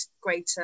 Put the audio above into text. greater